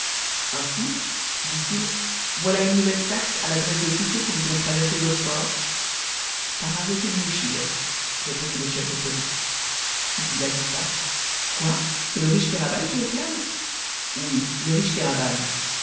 ainsi dit-il voilà une nouvelle taxe à l'adresse de tous ceux qui voudront traverser le bosphore par arrêté du muchir répondit le chef de police puis il ajouta quoi c'est le riche kéraban qui réclame oui le riche